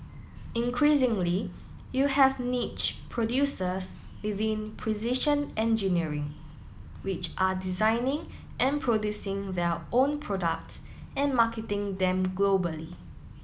increasingly you have niche producers within precision engineering which are designing and producing their own products and marketing them globally